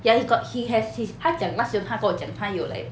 ya he's got he has his 他讲那时候他跟我讲他有 like